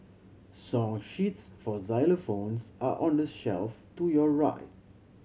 song sheets for xylophones are on the shelf to your right